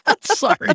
Sorry